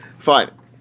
Fine